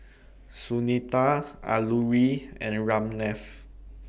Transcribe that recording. Sunita Alluri and Ramnath